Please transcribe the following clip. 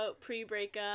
pre-breakup